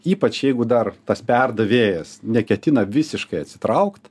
ypač jeigu dar tas perdavėjas neketina visiškai atsitraukt